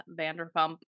Vanderpump